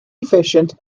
efficient